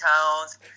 Towns